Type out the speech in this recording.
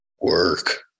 work